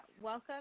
welcome